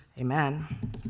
Amen